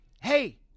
Hey